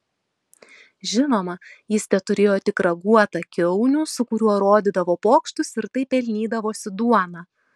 žinoma jis teturėjo tik raguotą kiaunių su kuriuo rodydavo pokštus ir taip pelnydavosi duoną